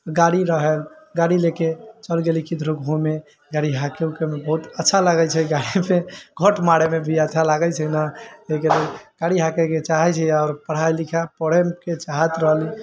गाड़ी रहय गाड़ी लेके चल गेली किधरो घूमय गाड़ी हाँकय ऊँकय मे बहुत अच्छा लागै छै गाड़ी मे मारय मे भी अच्छा लागै छै न एहिके लेल गाड़ी हाँके के चाहे छी आओर पढ़ाइ लिखाइ पढ़य के चाहैत रही